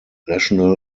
national